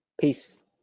Peace